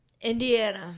Indiana